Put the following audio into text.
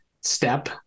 step